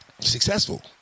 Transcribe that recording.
successful